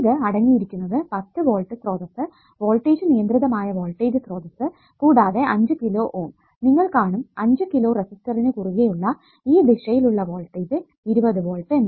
ഇത് അടങ്ങിയിരിക്കുന്നത് 10 വോൾട്ട് സ്രോതസ്സ് വോൾടേജ് നിയന്ത്രിതമായ വോൾടേജ് സ്രോതസ്സ് കൂടാതെ 5 കിലോ Ω നിങ്ങൾ കാണും 5 കിലോ റെസിസ്റ്ററിനു കുറുകെ ഉള്ള ഈ ദിശയിലുള്ള വോൾടേജ് 20 വോൾട്ട് എന്ന്